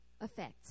effect